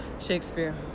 Shakespeare